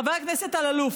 חבר הכנסת אלאלוף,